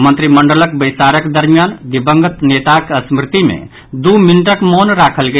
मंत्रिमंडलक बैसारक दरमियान दिवंगत नेताक स्मृति मे दू मिनटक मौन राखल गेल